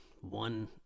one